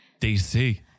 DC